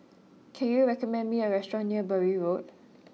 can you recommend me a restaurant near Bury Road